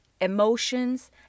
emotions